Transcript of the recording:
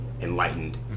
enlightened